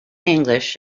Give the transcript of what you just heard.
english